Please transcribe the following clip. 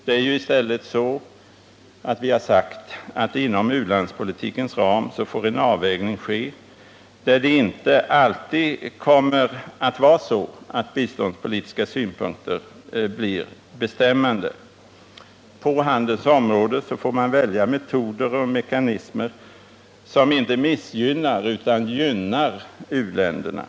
Vi har i stället sagt att en avvägning får ske inom u-landspolitikens ram. Där kommer inte alltid de biståndspolitiska synpunkterna att vara bestämmande. På handelns område får man välja metoder och mekanismer som inte missgynnar utan gynnar u-länderna.